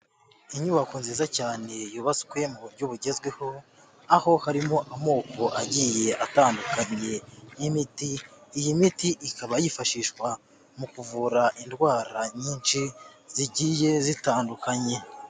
Inyubako nziza cyane yubatswe mu buryo bugezweho, aho harimo amoko agiye atandukanye y'imiti, iyi miti ikaba yifashishwa mu kuvura indwara nyinshi zigiye zitandukanye.